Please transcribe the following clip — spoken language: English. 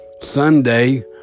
Sunday